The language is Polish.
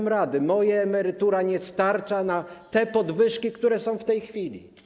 Moja emerytura nie starcza na te podwyżki, które są w tej chwili.